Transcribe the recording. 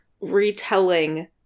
retelling